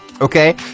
okay